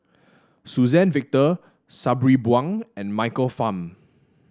Suzann Victor Sabri Buang and Michael Fam